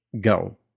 go